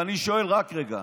ואני שואל: רק רגע,